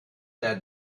that